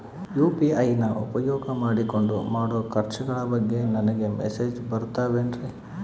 UPI ನ ಉಪಯೋಗ ಮಾಡಿಕೊಂಡು ಮಾಡೋ ಖರ್ಚುಗಳ ಬಗ್ಗೆ ನನಗೆ ಮೆಸೇಜ್ ಬರುತ್ತಾವೇನ್ರಿ?